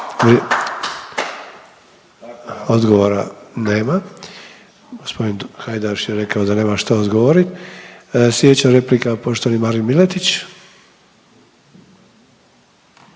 Odgovora nema. G. Hajdaš je rekao da nema što odgovoriti. Sljedeća replika, poštovani Marin Miletić.